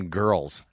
girls